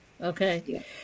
Okay